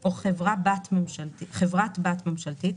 או חברת בת ממשלתית,